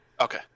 Okay